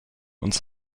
uns